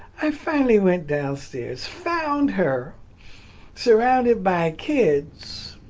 i finally went downstairs found her surrounded by kids